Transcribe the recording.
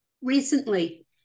recently